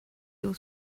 you